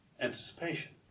anticipation